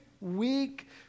week